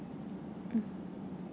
mm